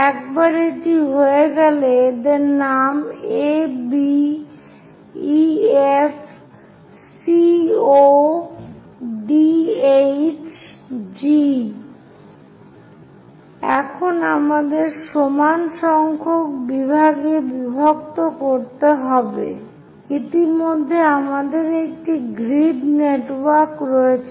একবার এটি হয়ে গেলে এদের নাম A B E F C O D H G এখন আমাদের সমান সংখ্যক বিভাগে বিভক্ত করতে হবে ইতিমধ্যে আমাদের একটি গ্রিড নেটওয়ার্ক রয়েছে